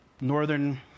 northern